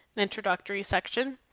an introductory section,